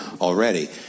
Already